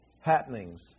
happenings